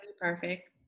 perfect